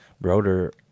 Broder